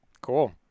cool